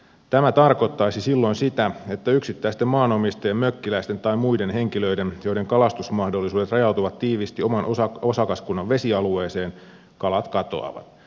tämä tarkoittaisi silloin sitä että yksittäisten maanomistajien mökkiläisten tai muiden henkilöiden joiden kalastusmahdollisuudet rajautuvat tiiviisti oman osakaskunnan vesialueeseen kalat katoavat